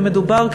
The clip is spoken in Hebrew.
ומדובר,